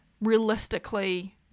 realistically